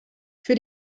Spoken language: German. für